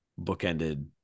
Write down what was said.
bookended